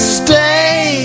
stay